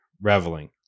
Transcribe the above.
reveling